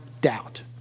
doubt